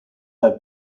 have